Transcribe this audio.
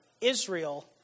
Israel